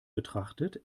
betrachtet